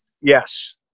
Yes